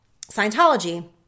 Scientology